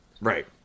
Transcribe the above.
Right